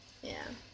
ya